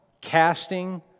Casting